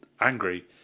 angry